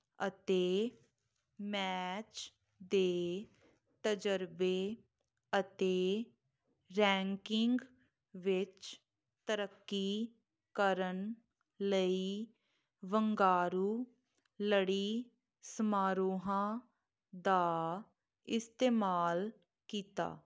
ਅਤੇ ਮੈਚ ਦੇ ਤਜਰਬੇ ਅਤੇ ਰੈਂਕਿੰਗ ਵਿੱਚ ਤਰੱਕੀ ਕਰਨ ਲਈ ਵੰਗਾਰੂ ਲੜੀ ਸਮਾਰੋਹਾਂ ਦਾ ਇਸਤੇਮਾਲ ਕੀਤਾ